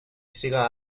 siga